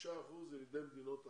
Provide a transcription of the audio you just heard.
5% ילידי מדינות אחרות.